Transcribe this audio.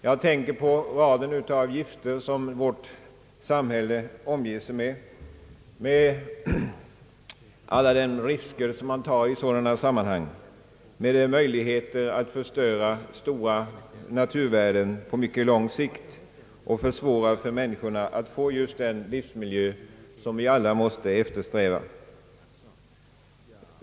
Jag tänker på raden av gifter som vårt samhälle omger sig med och alla de risker som man tar i sådana sammanhang ait förstöra stora naturvärden på mycket lång sikt och försvåra för människorna att få den livsmiljö, som vi alla måste eftersträva.